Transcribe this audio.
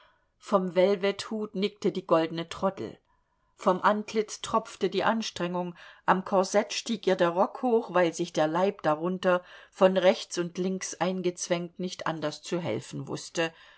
vom velvethut nickte die goldene troddel vom antlitz tropfte die anstrengung am korsett stieg ihr der rock hoch weil sich der leib darunter von rechts und links eingezwängt nicht anders zu helfen wußte